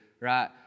right